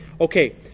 Okay